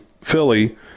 Philly